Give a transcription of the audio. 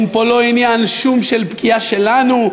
אין פה לא עניין של פגיעה שלנו,